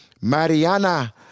Mariana